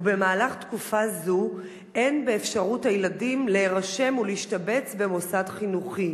ובמהלך תקופה זו אין באפשרות הילדים להירשם ולהשתבץ במוסד חינוכי.